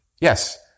yes